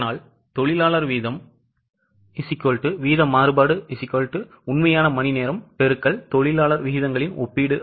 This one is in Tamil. அதனால் தொழிலாளர் வீதம் வீத மாறுபாடு உண்மையான மணிநேரம் தொழிலாளர் விகிதங்களின் ஒப்பீடு